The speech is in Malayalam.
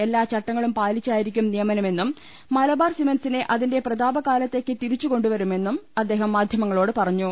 എല്ലാ ചട്ടങ്ങളും പാലിച്ചായിരിക്കും നിയമനമെന്നും മലബാർ സിമന്റ്സിനെ അതിന്റെ പ്രതാപകാലത്തേക്ക് തിരിച്ചുകൊണ്ടുവരുമെന്നും അദ്ദേഹം മാധ്യമങ്ങളോട് പറഞ്ഞു